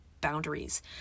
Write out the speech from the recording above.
boundaries